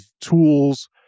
tools